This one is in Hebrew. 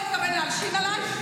הוא לא התכוון להלשין עליי,